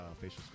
facial